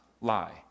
lie